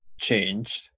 changed